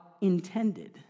intended